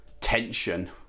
tension